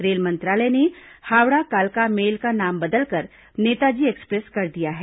rail मंत्रालय ने हावड़ा कालका मेल का नाम बदलकर नेताजी एक्सप्रेस कर दिया है